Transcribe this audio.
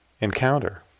encounter